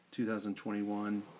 2021